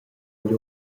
agl